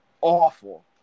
awful